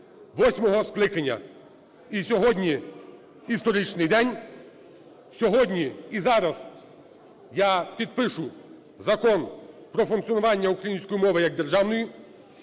восьмого скликання. І сьогодні історичний день, сьогодні і зараз я підпишу Закон "Про функціонування української мови як державної",